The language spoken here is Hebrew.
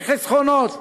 בלי חסכונות.